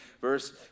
verse